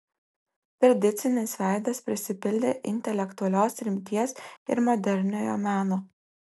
tradicinis veidas prisipildė intelektualios rimties ir moderniojo meno